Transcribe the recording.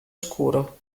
oscuro